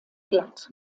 glatt